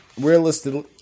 realistically